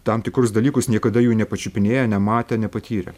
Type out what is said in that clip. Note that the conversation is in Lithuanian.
tam tikrus dalykus niekada jų nepačiupinėję nematę nepatyrę